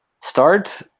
start